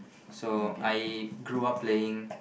so I grew up playing